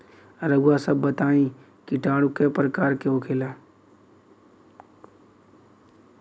रउआ सभ बताई किटाणु क प्रकार के होखेला?